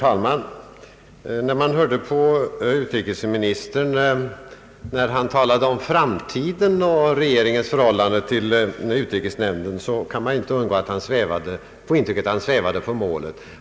Herr talman! När utrikesministern talade om framtiden och regeringens förhållande till utrikesnämnden kunde man inte undgå att få det intrycket att han svävade på målet.